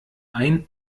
ein